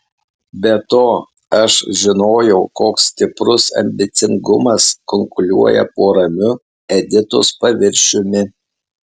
be to aš žinojau koks stiprus ambicingumas kunkuliuoja po ramiu editos paviršiumi